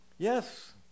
Yes